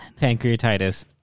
Pancreatitis